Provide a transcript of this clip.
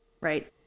right